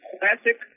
classic